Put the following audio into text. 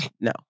no